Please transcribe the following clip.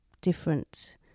different